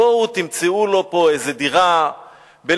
בואו תמצאו לו פה איזו דירה לאותו פדופיל לגור,